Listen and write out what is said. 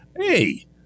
hey